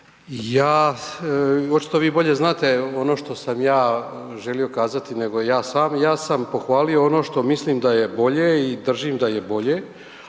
Ja, očito vi bolje znate, ono što sam ja želio kazati nego ja sam, ja sam pohvalio ono što mislim da je bolje i držim da je bolje